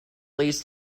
leads